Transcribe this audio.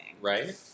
right